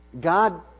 God